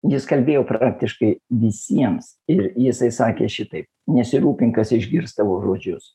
jis kalbėjo praktiškai visiems ir jisai sakė šitaip nesirūpink kas išgirs tavo žodžius